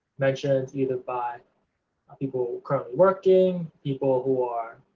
mentioned either by people currently working, people who are